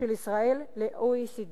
ישראל ל-OECD.